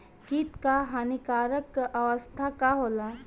कीट क हानिकारक अवस्था का होला?